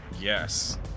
Yes